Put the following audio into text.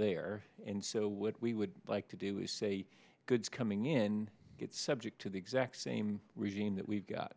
there and so we would like to do is say goods coming in it's subject to the exact same regime that we've got